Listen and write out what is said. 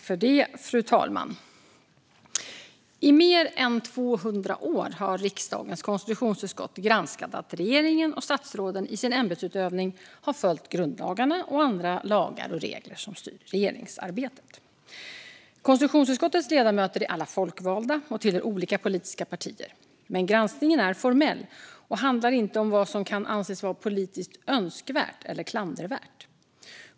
Fru talman! I mer än 200 år har riksdagens konstitutionsutskott granskat att regeringen och statsråden i sin ämbetsutövning har följt grundlagarna och andra lagar och regler som styr regeringsarbetet. Konstitutionsutskottets ledamöter är alla folkvalda och tillhör olika politiska partier, men granskningen är formell och handlar inte om vad som kan anses vara politiskt önskvärt eller klandervärt.